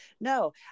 No